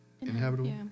Inhabitable